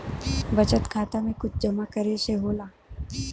बचत खाता मे कुछ जमा करे से होला?